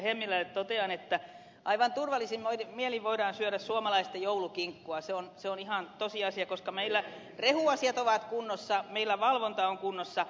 hemmilälle totean että aivan turvallisin mielin voidaan syödä suomalaista joulukinkkua se on ihan tosiasia koska meillä rehuasiat ovat kunnossa meillä valvonta on kunnossa